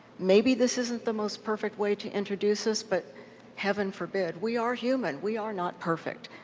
maybe this isn't the most perfect way to introduce this, but heaven forbid, we are human. we are not perfect.